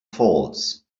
falls